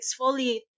exfoliate